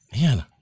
Man